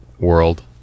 world